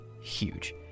huge